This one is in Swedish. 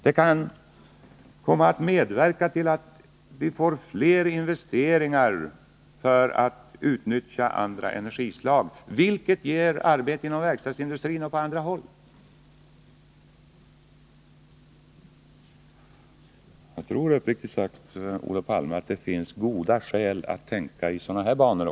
Det kan också komma att medverka till att vi får fler investeringar för att utnyttja andra energislag, vilket skulle ge arbete inom verkstadsindustrin och på andra håll. Det finns, Olof Palme, goda skäl att främja en sådan utveckling.